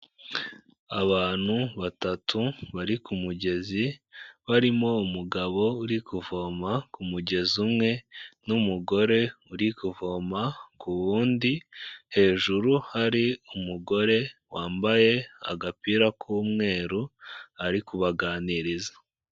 Abantu batatu bari ku mugezi, barimo umugabo uri kuvoma ku mugezi umwe, n'umugore uri kuvoma ku wundi, hejuru hari umugore wambaye agapira k'umweru ari kubaganiriza.